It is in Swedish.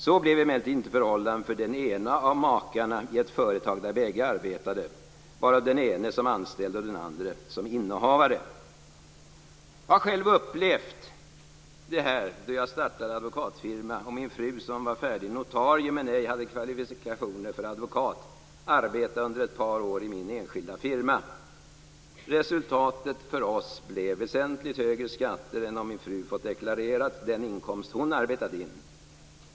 Så blev emellertid inte förhållandet för den ena av makarna i ett företag där bägge arbetade, varav den ene som anställd och den andre som innehavare. Jag har själv upplevt det här då jag startade advokatfirma och min fru, som var färdig notarie men ej hade kvalifikationer för advokat, under ett par år arbetade i min enskilda firma. Resultatet för oss blev väsentligt högre skatter än om min fru fått deklarera den inkomst hon arbetat in.